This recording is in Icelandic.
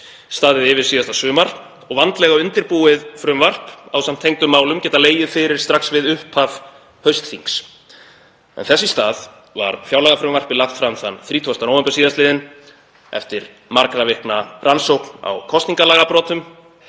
staðið yfir síðasta sumar og vandlega undirbúið frumvarp ásamt tengdum málum getað legið fyrir strax við upphaf haustþings. Þess í stað var fjárlagafrumvarpið lagt fram 30. nóvember síðastliðinn eftir margra vikna rannsókn á kosningalagabrotum